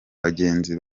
bagenzi